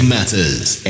Matters